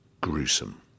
gruesome